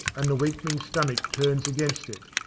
and the weakling stomach turns against it,